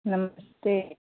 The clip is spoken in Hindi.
नमस्ते